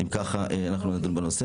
אם כך, אנחנו נדון בנושא.